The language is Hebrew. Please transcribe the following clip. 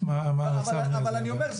אבל אני אומר,